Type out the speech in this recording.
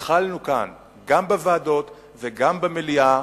התחלנו כאן, גם בוועדות וגם במליאה.